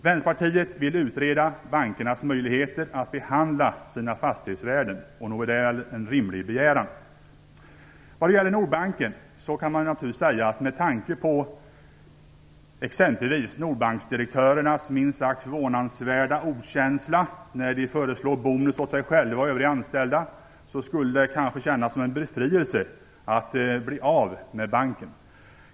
Vänsterpartiet vill utreda bankernas möjligheter att behandla sina fastighetsvärden. Nog är det en rimlig begäran. Med tanke på Nordbanksdirektörernas minst sagt förvånansvärda okänslighet när de föreslår bonus åt sig själva och övriga anställda kanske det skulle kännas som en befrielse att bli av med banken.